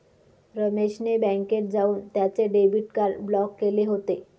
रमेश ने बँकेत जाऊन त्याचे डेबिट कार्ड ब्लॉक केले होते